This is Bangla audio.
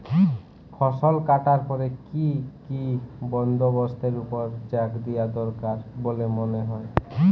ফসলকাটার পরে কি কি বন্দবস্তের উপর জাঁক দিয়া দরকার বল্যে মনে হয়?